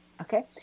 Okay